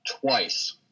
twice